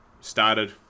started